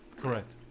Correct